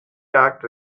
jagd